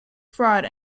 fraud